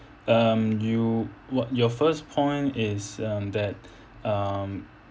um you wha~ your first point is um that um